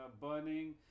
burning